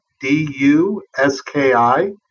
D-U-S-K-I